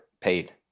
paid